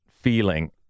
feeling